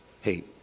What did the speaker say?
Hey